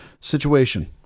situation